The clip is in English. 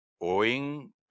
owing